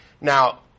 Now